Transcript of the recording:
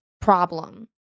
problem